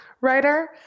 writer